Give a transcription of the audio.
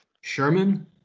Sherman